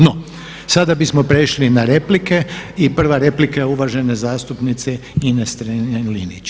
No, sada bismo prešli na replike i prva replika je uvažene zastupnice Ines Strenja-Linić.